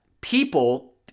people